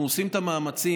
אנחנו עושים את המאמצים,